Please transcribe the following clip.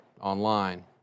online